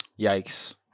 Yikes